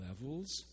levels